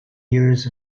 years